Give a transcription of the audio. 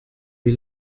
die